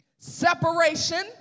Separation